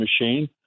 machine